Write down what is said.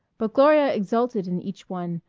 but gloria exulted in each one,